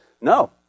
no